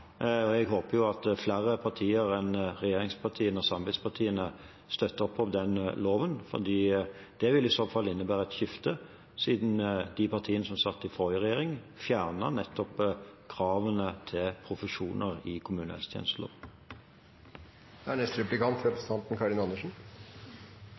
Jeg håper at flere partier enn regjeringspartiene og samarbeidspartiene støtter opp om den loven, for det ville i så fall innebære et skifte, siden de partiene som satt i forrige regjering, fjernet nettopp kravene til profesjoner i